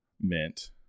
mint